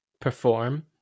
perform